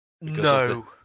No